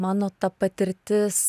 mano ta patirtis